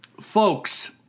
folks